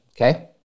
okay